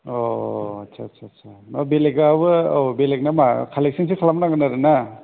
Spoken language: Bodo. अ आदसा आदसा आदसा होमबा बेलेकआबो औ बेलेकना मा कालेकशनसो खालाम नांगोन आरो ना